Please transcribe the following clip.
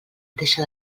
deixa